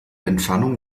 entfernung